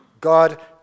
God